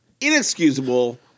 inexcusable